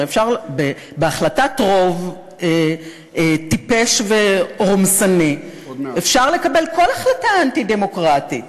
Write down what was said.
הרי בהחלטת רוב טיפש ורומסני אפשר לקבל כל החלטה אנטי-דמוקרטית: